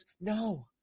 No